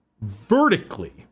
vertically